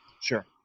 Sure